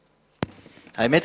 האמת,